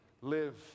live